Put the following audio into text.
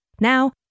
Now